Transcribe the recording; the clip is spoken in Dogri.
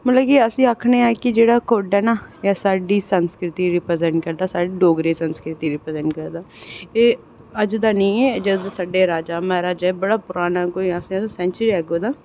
मतलब कि अस आखने आं कि जेह्ड़ा कुड्ड ऐ ना कि जेह्ड़ा साढ़ी संस्कृति गी रीप्रैजेंट करदा डोगरे संस्कृति गी रीप्रैजेंट करदा एह् अज्ज दा निं ऐ जदूं दे साढ़े राजा महाराजा बड़ा पराना कोई आक्खो सैंचुरी एगो दा